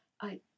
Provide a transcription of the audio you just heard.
I